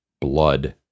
blood